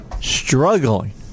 struggling